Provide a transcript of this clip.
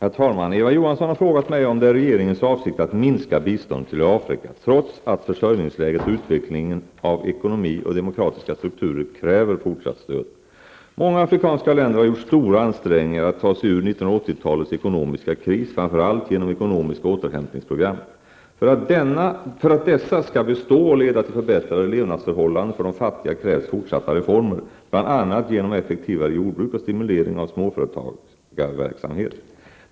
Herr talman! Eva Johansson har frågat mig om det är regeringens avsikt att minska biståndet till Afrika, trots att försörjningsläget och utvecklingen av ekonomi och demokratiska strukturer kräver fortsatt stöd. Många afrikanska länder har gjort stora ansträngningar att ta sig ur 1980-talets ekonomiska kris, framför allt genom ekonomiska återhämtningsprogram. För att dessa skall bestå och leda till förbättrade levnadsförhållanden för de fattiga krävs fortsatta reformer, bl.a. genom effektivare jordbruk och stimulering av småföretagsamhet.